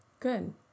Good